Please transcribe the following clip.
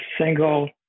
single